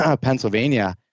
Pennsylvania